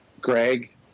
Greg